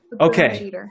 Okay